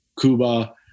Cuba